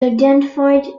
identified